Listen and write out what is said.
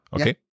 Okay